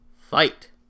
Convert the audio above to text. Fight